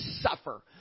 suffer